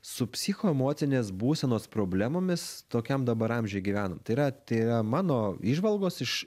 su psichoemocinės būsenos problemomis tokiam dabar amžiuj gyvenam tai yra tai yra mano įžvalgos iš